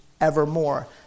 evermore